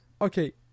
Okay